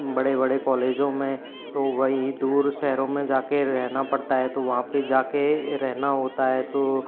बड़े बड़े कॉलेजों में तो वही दूर शहरों में जा कर रहना पड़ता है तो वहाँ पर जाकर रहना होता है तो